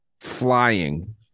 flying